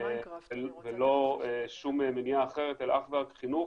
לא שום מניעה אחרת אלא אך ורק חינוך,